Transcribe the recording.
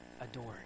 adored